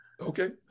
Okay